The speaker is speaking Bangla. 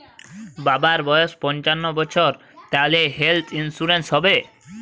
বাবার বয়স পঞ্চান্ন বছর তাহলে হেল্থ ইন্সুরেন্স হবে?